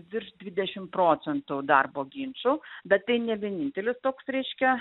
virš dvidešim procentų darbo ginčų bet tai ne vienintelis toks reiškia